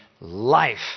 life